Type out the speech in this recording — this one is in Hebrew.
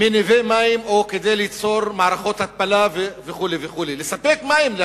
מניבי מים או כדי ליצור מערכות התפלה וכו' לספק מים,